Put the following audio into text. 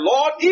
Lord